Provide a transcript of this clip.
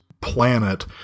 planet